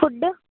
food